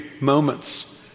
moments